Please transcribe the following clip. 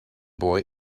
boy